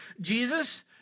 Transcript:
Jesus